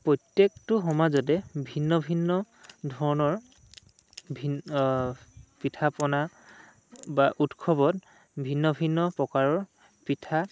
প্ৰত্যেকটো সমাজতে ভিন্ন ভিন্ন ধৰণৰ ভিন্ন পিঠা পনা বা উৎসৱত ভিন্ন ভিন্ন প্ৰকাৰৰ পিঠা